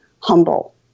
humble